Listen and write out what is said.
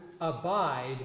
abide